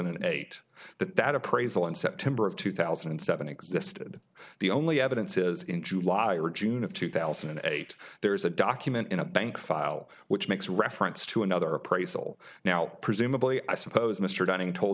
and eight that that appraisal in september of two thousand and seven existed the only evidence is in july or june of two thousand and eight there's a document in a bank file which makes reference to another appraisal now presumably i suppose mr dunning told